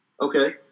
Okay